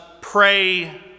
pray